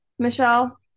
Michelle